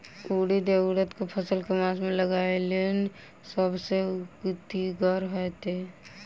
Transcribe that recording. उड़ीद वा उड़द केँ फसल केँ मास मे लगेनाय सब सऽ उकीतगर हेतै?